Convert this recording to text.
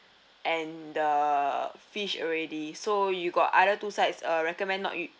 and the fish already so you got other two sides uh recommend not it~